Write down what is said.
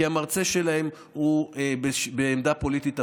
כי המרצה שלהם בעמדה פוליטית הפוכה.